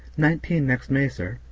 nineteen next may, sir.